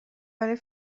ولی